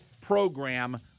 program